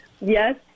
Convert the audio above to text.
yes